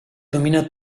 domina